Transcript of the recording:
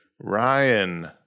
Ryan